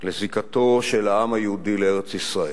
של זיקת העם היהודי לארץ-ישראל,